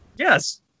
Yes